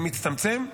מצטמצם,